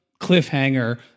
cliffhanger